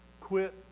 quit